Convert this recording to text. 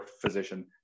physician